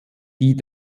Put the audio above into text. die